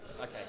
Okay